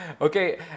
Okay